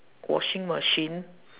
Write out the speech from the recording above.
washing machine